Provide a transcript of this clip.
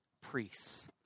priests